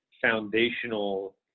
foundational